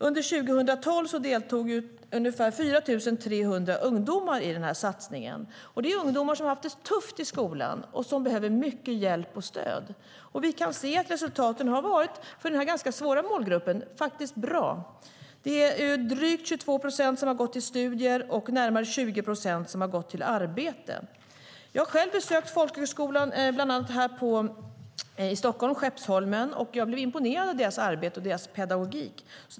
Under 2012 deltog ungefär 4 300 ungdomar i satsningen. Det var ungdomar som hade haft det tufft i skolan och behövde mycket hjälp och stöd. Vi kan se att resultaten för den ganska svåra målgruppen varit bra. Drygt 22 procent har gått till studier och närmare 20 procent till arbete. Jag har bland annat besökt folkhögskolan på Skeppsholmen i Stockholm och är imponerad av deras arbete och pedagogik.